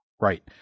Right